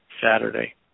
Saturday